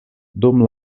dum